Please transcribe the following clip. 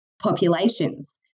populations